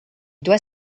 doit